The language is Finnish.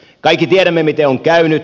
kaikki tiedämme miten on käynyt